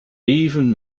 even